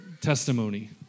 testimony